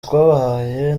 twabahaye